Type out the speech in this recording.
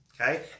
Okay